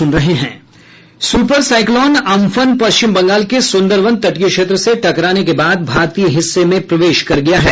super cyclone Amphan Paschim Bengal के सूंदरवन तटीय क्षेत्र से टकराने के बाद भारतीय हिस्से में प्रवेश कर गया है